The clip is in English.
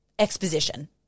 Exposition